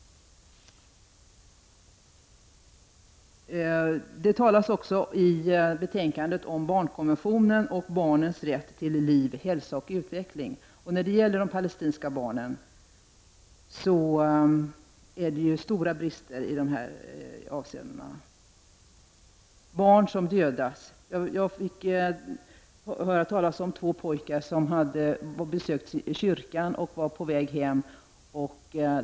I betänkandet talas om barnkonventionen och barnens rätt till liv, hälsa och utveckling. När det gäller de palestinska barnen så finns det stora brister i dessa avseenden. Jag fick t.ex. höra talas om två pojkar, som hade besökt en kyrka och var på väg hem.